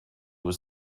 was